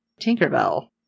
Tinkerbell